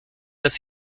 das